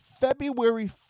february